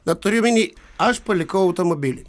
na turiu omeny aš palikau automobilį